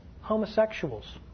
Homosexuals